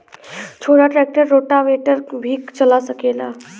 छोटा tractor rotavator भी चला सकेला?